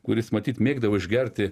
kuris matyt mėgdavo išgerti